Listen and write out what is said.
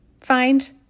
find